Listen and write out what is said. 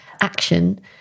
action